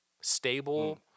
Stable